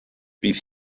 bydd